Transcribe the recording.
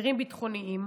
אסירים ביטחוניים,